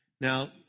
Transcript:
Now